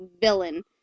villain